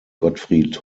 gottfried